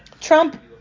Trump